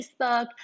Facebook